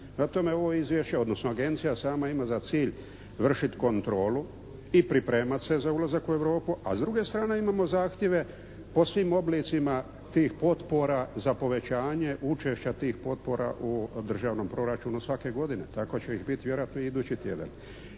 tome ovo izvješće, odnosno agencija sama ima za cilj vršiti kontrolu i pripremati se za ulazak u Europu, a s druge strane imamo zahtjeve o svim oblicima tih potpora za povećanje učešća tih potpora u državnom proračunu svake godine. Tako će ih biti vjerojatno i idući tjedan.